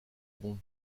bons